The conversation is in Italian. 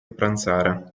pranzare